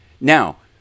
Now